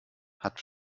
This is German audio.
hat